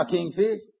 Kingfish